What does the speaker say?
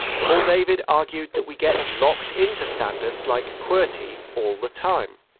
paul david argued that we get locked into standards like qwerty all the time